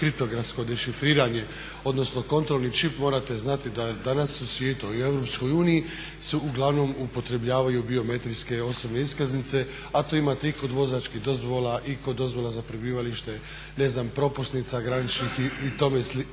kriptografsko dešifriranje, odnosno kontrolni čip morate znati da danas u svijetu a i u Europskoj uniji se uglavnom upotrjebljavaju biometrijske osobne iskaznice a to imate i kod vozačkih dozvola i kod dozvola za prebivalište, ne znam propusnica graničnih i